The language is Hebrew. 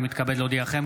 אני מתכבד להודיעכם,